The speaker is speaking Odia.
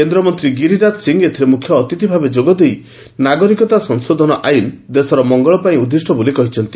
କେନ୍ଦ ମନ୍ତୀ ଗିରିରାଜ ସିଂହ ଏଥିରେ ମ୍ରଖ୍ୟ ଅତିଥଭାବେ ଯୋଗଦେଇ ନାଗରିକତା ସଂଶୋଧନ ଆଇନ ଦେଶର ମଙ୍ଙଳ ପାଇଁ ଉଦିଷ ବୋଲି କହିଛନ୍ତି